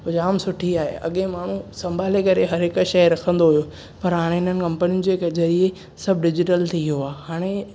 हू जाम सुठी आहे अॻे माण्हूं सम्भाले करे हर हिक शइ रखंदो हुयो पर हाणे हिननि कम्पनियुनि जे ज़रिए सभु डिजिटल थी वियो आहे हाणे